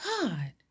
God